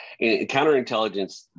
counterintelligence